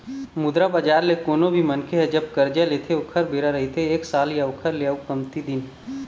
मुद्रा बजार ले कोनो भी मनखे ह जब करजा लेथे ओखर बेरा रहिथे एक साल या ओखर ले अउ कमती दिन